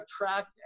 attract